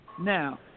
Now